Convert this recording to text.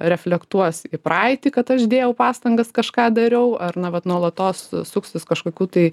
reflektuos į praeitį kad aš dėjau pastangas kažką dariau ar na vat nuolatos suktis kažkokių tai